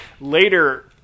Later